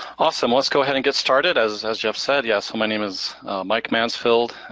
awesome, let's go ahead and get started. as as geoff said, yeah so my name is mike mansfield.